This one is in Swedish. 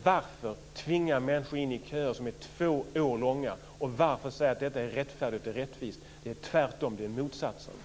Varför tvinga in människor i köer som är två år långa och varför säga att detta är rättfärdigt och rättvist? Det är motsatsen.